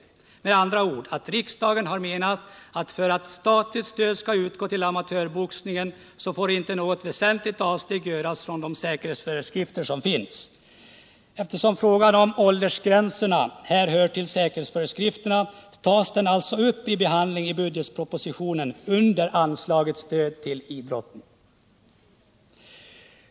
Riksdagen har med andra ord menat att om statligt stöd skall utgå till amatörboxningen får något väsentligt avsteg inte göras från de säkerhetsföreskrifter som finns. Eftersom frågan om åldersgränsen hör till säkerhetsföreskrifterna tas den alltså upp till behandling i budgetpropositionen under anslaget om stöd till idrotten.